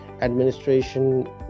administration